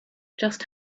just